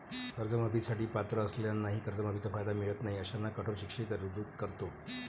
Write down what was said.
कर्जमाफी साठी पात्र असलेल्यांनाही कर्जमाफीचा कायदा मिळत नाही अशांना कठोर शिक्षेची तरतूद करतो